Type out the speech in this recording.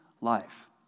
life